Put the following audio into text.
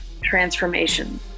transformation